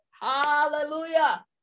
Hallelujah